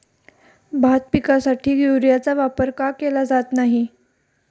भात पिकासाठी युरियाचा वापर का केला जात नाही?